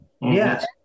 Yes